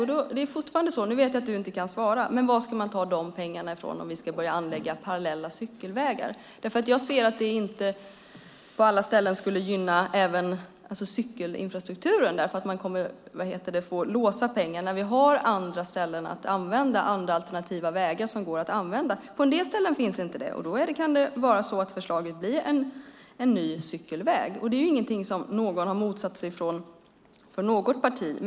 Jag vet att Peter Pedersen inte kan svara, men jag undrar varifrån pengarna ska tas om vi ska börja anlägga parallella cykelvägar. Jag ser inte att det på alla ställen skulle gynna även cykelinfrastrukturen eftersom man då kommer att få låsa pengar. Vi har ju andra ställen för alternativa vägar som det går att använda. På en del ställen finns inte det, och då kan det vara så att förslaget blir en ny cykelväg. Det är ju ingenting som någon från något parti har motsatt sig.